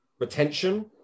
retention